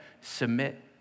submit